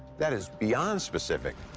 that is beyond specific.